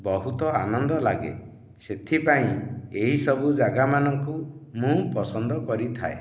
ବହୁତ ଆନନ୍ଦ ଲାଗେ ସେଥିପାଇଁ ଏହିସବୁ ଜାଗାମାନଙ୍କୁ ମୁଁ ପସନ୍ଦ କରିଥାଏ